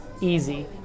easy